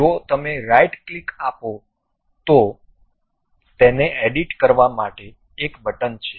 જો તમે right click આપો છો તો તેને એડિટ કરવા માટે એક બટન છે